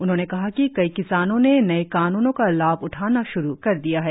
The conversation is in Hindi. उन्होंने कहा कि कई किसानों ने नए कानूनों का लाभ उठाना श्रू कर दिया है